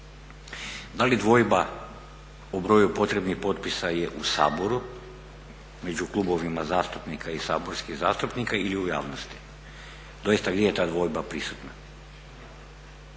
Da li je dvojba o broju potrebnih potpisa je u Saboru među klubovima zastupnika i saborskih zastupnika ili u javnosti? Doista, gdje je ta dvojba prisutna?